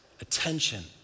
attention